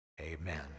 Amen